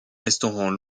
restaurant